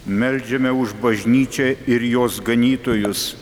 meldžiame už bažnyčią ir jos ganytojus